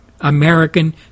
American